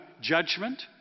judgment